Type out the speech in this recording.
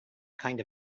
kind